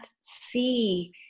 see